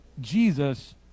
Jesus